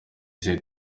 ihita